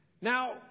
Now